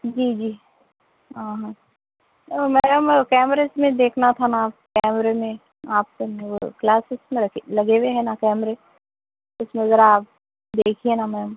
جی جی ہاں ہاں وہ میڈم کیمریس میں دیکھنا تھا نا کیمرے میں ہاسٹل میں وہ کلاسیز میں رکھے لگے ہوئے ہیں نا کیمرے اس میں ذرا آپ دیکھیے نا میم